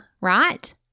right